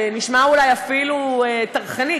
ונשמע אולי אפילו טרחני,